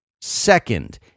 Second